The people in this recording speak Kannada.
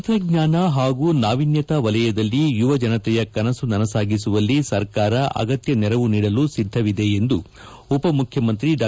ತಂತ್ರಜ್ಞಾನ ಹಾಗೂ ನಾವಿನ್ಯತಾ ವಲಯದಲ್ಲಿ ಯುವಜನತೆಯ ಕನಸು ನನಸಾಗಿಸುವಲ್ಲಿ ಸರ್ಕಾರ ಅಗತ್ಯ ನೆರವು ನೀಡಲು ಸಿದ್ದವಿದೆ ಎಂದು ಉಪಮುಖ್ಯಮಂತ್ರಿ ಡಾ